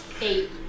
Eight